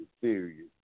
serious